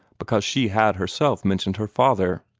because she had herself mentioned her father.